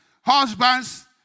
husbands